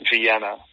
Vienna